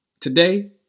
Today